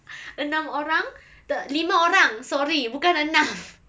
enam orang te~ lima orang sorry bukan enam